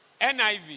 NIV